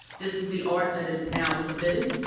this is the art that is now forbidden,